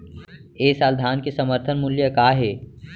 ए साल धान के समर्थन मूल्य का हे?